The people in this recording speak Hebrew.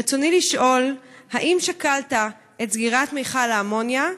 רצוני לשאול: 1. האם שקלת את סגירת מכל האמוניה?